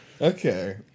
Okay